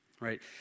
right